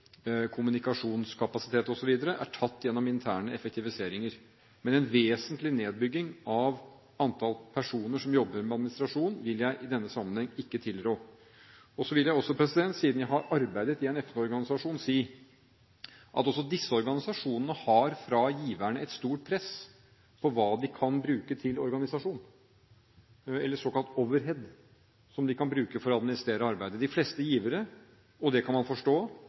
kommunikasjonskapasitet osv. er tatt gjennom interne effektiviseringer. Men en vesentlig nedbygging av antall personer som jobber med administrasjon, vil jeg i denne sammenheng ikke tilrå. Så vil jeg også, siden jeg har arbeidet i en FN-organisasjon, si at også disse organisasjonene har et stort press fra giverne når det gjelder hva de kan bruke til administrasjon, eller såkalt overhead, hva de kan bruke for å administrere arbeidet. De fleste givere – og det kan man forstå